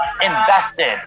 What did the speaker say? invested